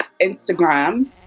instagram